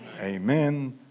Amen